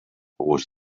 was